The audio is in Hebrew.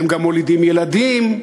הם גם מולידים ילדים.